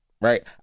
right